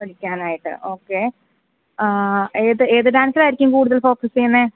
പഠിക്കാനായിട്ട് ഓക്കെ ഏത് ഏത് ഡാൻസിലായിയിരിക്കും കൂടുതൽ ഫോക്കസ് ചെയ്യുന്നത്